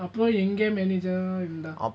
அப்போஎங்க:apo enga in game manager ah இருந்தான்:irunthan